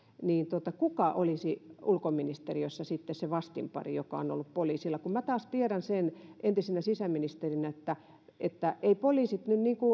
niin kuka olisi ulkoministeriössä se vastinpari joka on ollut poliisilla minä taas tiedän sen entisenä sisäministerinä että että eivät poliisit